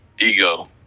ego